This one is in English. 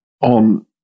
on